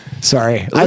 Sorry